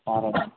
అలాగే